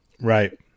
Right